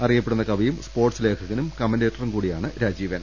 അറി യപ്പെടുന്ന കവിയും സ്പോർട്സ് ലേഖകനും കമന്റേറ്ററും കൂടിയാണ് രാജീ വൻ